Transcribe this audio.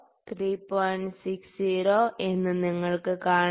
60 എന്ന് നിങ്ങൾക്ക് കാണാം